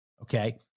okay